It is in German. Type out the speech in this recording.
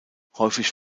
häufig